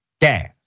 gas